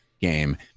game